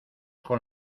con